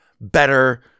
better